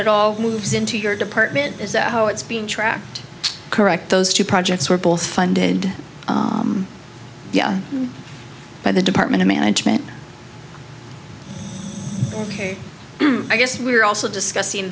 it all moves into your department is that how it's being tracked correct those two projects were both funded by the department of management ok i guess we're also discussing